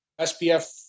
SPF